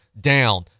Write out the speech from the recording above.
down